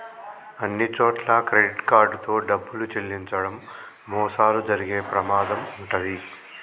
అన్నిచోట్లా credit card తో డబ్బులు చెల్లించడం మోసాలు జరిగే ప్రమాదం వుంటది